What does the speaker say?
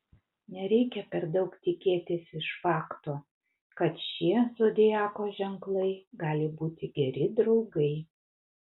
nereikia per daug tikėtis iš fakto kad šie zodiako ženklai gali būti geri draugai